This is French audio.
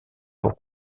pour